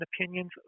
opinions